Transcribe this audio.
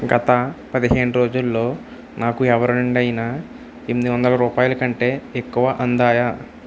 గత పదిహేను రోజుల్లో నాకు ఎవరి నుండి అయినా ఎనిమిది వందల రూపాయల కంటే ఎక్కువ అందాయా